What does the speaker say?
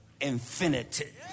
infinity